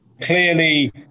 clearly